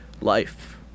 life